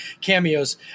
cameos